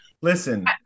Listen